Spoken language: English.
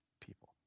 people